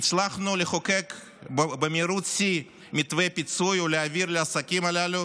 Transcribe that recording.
הצלחנו לחוקק במהירות שיא מתווה פיצוי ולהעביר לעסקים הללו